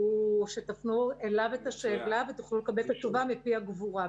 וגם לגבי איזשהו חשש שמעסיקים ינצלו את החל"ת הגמיש לרעה.